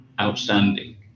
outstanding